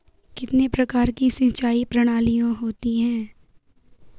कितने प्रकार की सिंचाई प्रणालियों होती हैं?